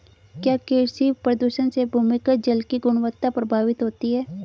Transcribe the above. क्या कृषि प्रदूषण से भूमिगत जल की गुणवत्ता प्रभावित होती है?